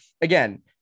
again